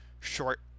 short